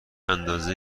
اندازه